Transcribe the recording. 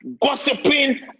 Gossiping